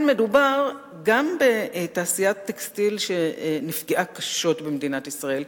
אלא שכאן מדובר גם ובעיקר בתעשיית טקסטיל שנפגעה קשות במדינת ישראל,